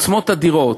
עוצמות אדירות.